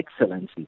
excellency